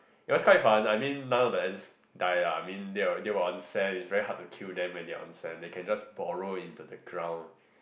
it was quite fun I mean none of the ants die lah I mean they were on sand it's very hard to kill them when they are on sand they can just burrow into the ground